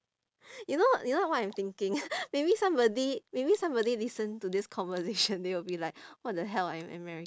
you know you know what I'm thinking maybe somebody maybe somebody listen to this conversation they will be like what the hell I'm ameri~